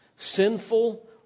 Sinful